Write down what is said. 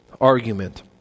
argument